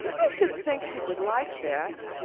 i should think he would like that.